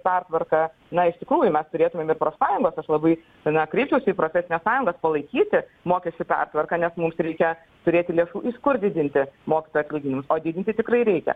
pertvarką na iš tikrųjų mes turėtumėm ir profsąjungos aš labai na kreipčiausi į profesines sąjungas palaikyti mokesčių pertvarką nes mums reikia turėti lėšų iš kur didinti mokytojų atlyginimus o didinti tikrai reikia